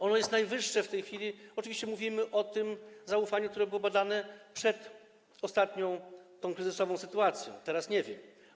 Ono jest najwyższe w tej chwili, oczywiście mówimy o tym zaufaniu, które było badane przed ostatnią kryzysową sytuacją, teraz nie wiem.